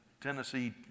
Tennessee